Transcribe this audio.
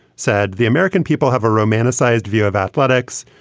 said. the american people have a romanticized view of athletics.